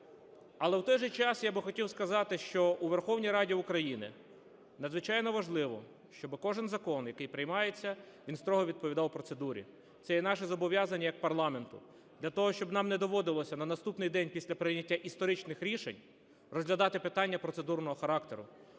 Але в той же час я би хотів сказати, що у Верховній Раді України надзвичайно важливо, щоб кожен закон, який приймається, він строго відповідав процедурі. Це є наше зобов'язання як парламенту для того, щоб нам не доводилося на наступний день після прийняття історичних рішень розглядати питання процедурного характеру.